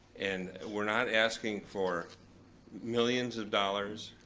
and we're not asking for millions of dollars,